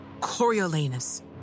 Coriolanus